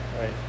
Right